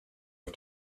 auf